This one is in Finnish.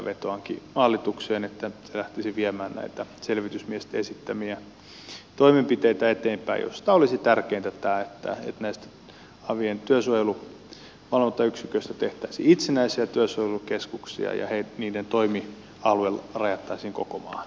vetoankin hallitukseen että se lähtisi viemään näitä selvitysmiesten esittämiä toimenpiteitä eteenpäin ja olisi tärkeintä tämä että näistä avien työsuojeluvalvontayksiköistä tehtäisiin itsenäisiä työsuojelukeskuksia ja niiden toimialue rajattaisiin koko maahan